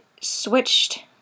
switched